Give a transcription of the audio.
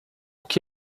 que